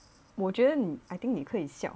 我觉得你 I think 你可以笑